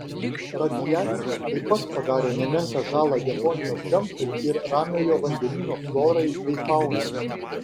radiacija taip pat padarė nemenką žalą japonijos gamtai ir ramiojo vandenyno florai bei faunai